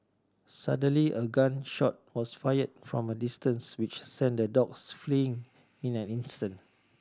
suddenly a gun shot was fired from a distance which sent the dogs fleeing in an instant